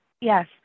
Yes